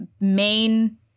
main